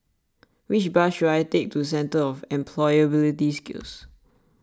which bus should I take to Centre for Employability Skills